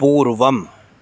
पूर्वम्